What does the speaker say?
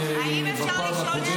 האם אכפת לך?